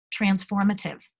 transformative